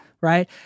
Right